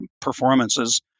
performances